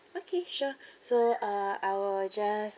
okay sure so uh I will just